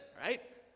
right